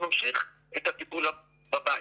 ממשיך את הטיפול בבית.